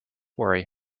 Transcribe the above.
worry